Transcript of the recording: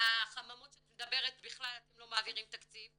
החממות שאת מדברת בכלל אתם לא מעבירים תקציב,